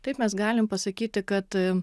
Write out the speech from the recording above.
taip mes galim pasakyti kad